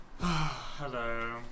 hello